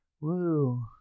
Woo